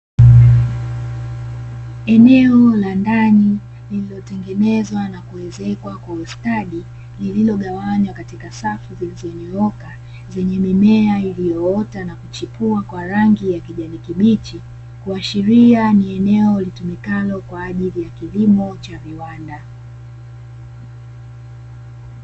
Eneo la ndani lililotengenezwa na kuezekwa kwa ustadi lililogawanywa katika safu zilizonyooka, zenye mimea iliyoota nakuchipua kwa rangi ya kijani kibichi, kuashilia ni eneo linalotumika kwaajili ya kilimo cha viwanda.